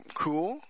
cool